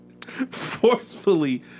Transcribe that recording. Forcefully